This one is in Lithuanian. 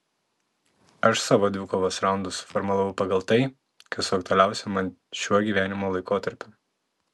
aš savo dvikovos raundus suformulavau pagal tai kas aktualiausia man šiuo gyvenimo laikotarpiu